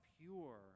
pure